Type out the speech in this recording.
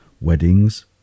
weddings